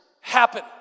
happen